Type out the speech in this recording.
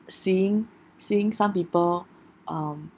seeing seeing some people um